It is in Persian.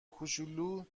کوچولو